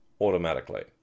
automatically